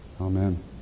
Amen